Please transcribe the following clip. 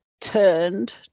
turned